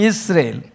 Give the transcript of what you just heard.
Israel